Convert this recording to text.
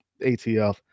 ATF